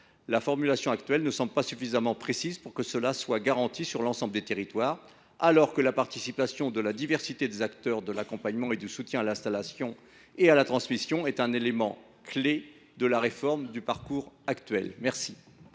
la formulation actuelle ne semble pas suffisamment précise pour que cette implication soit garantie sur l’ensemble des territoires. Pourtant, la participation des divers acteurs de l’accompagnement et du soutien à l’installation et à la transmission est un élément clé de la réforme du parcours actuel.